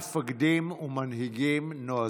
מפקדים ומנהיגים נועזים.